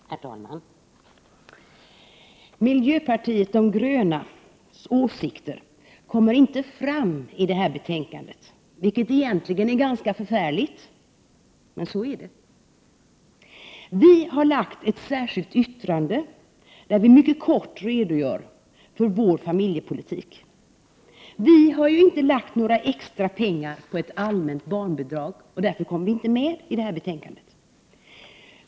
Herr talman! Miljöpartiet de grönas åsikter kommer inte fram i detta betänkande, vilket egentligen är ganska förfärligt, men så är det. Vi har lagt fram ett särskilt yttrande där vi mycket kort redogör för vår familjepolitik. Vi har ju inte föreslagit några extra pengar på ett allmänt barnbidrag, och därför kom de inte med i detta betänkande.